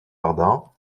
ardan